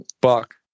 buck